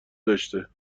داشته